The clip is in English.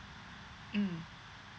mm